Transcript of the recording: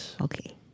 Okay